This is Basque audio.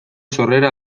sorrera